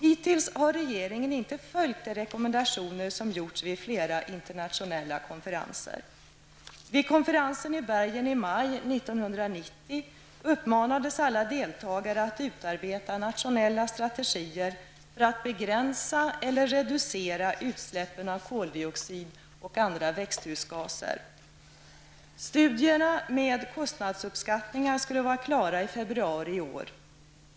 Hittills har regeringen inte följt de rekommendationer som gjorts vid flera internationella konferenser. Vid konferensen i Bergen i maj 1990 uppmanades alla deltagare att utarbeta nationella strategier för att begränsa eller reducera utsläppen av koldioxid och andra växthusgaser. Studierna med kostnadsuppskattningar skulle vara klara i februari i år.